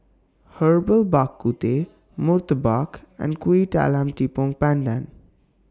Herbal Bak Ku Teh Murtabak and Kuih Talam Tepong Pandan